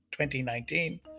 2019